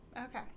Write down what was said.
Okay